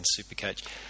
Supercoach